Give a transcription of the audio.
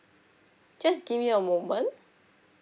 just give me a moment